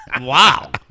Wow